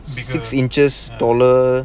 six inches taller